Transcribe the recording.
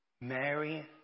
Mary